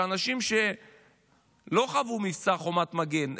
לאנשים שלא חוו את מבצע חומת מגן,